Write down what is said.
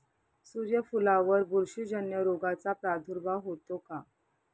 सूर्यफुलावर बुरशीजन्य रोगाचा प्रादुर्भाव होतो का?